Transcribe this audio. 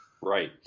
Right